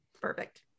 perfect